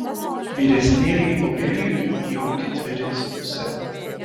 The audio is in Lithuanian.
vyresnėliui aurelijui jau ketveri su puse